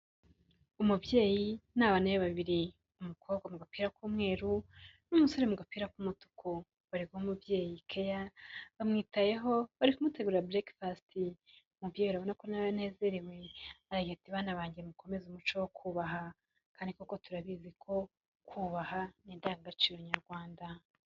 Umubyeyi n'abana be babiri. Umukobwa mu gapira k'umweru n'umusore mu gapira k'umutuku. Bari guha umubyeyi care, bamwitayeho, bari kumutegurira breakfast. Umubyeyi urabona ko na we anezerewe. Aragira ati: "Bana banjye mukomeze umuco wo kubaha." Kandi koko turabizi ko kubaha ni indangagaciro Nyarwanda.